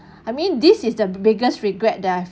I mean this is the biggest regret that I've